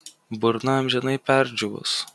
burna amžinai perdžiūvus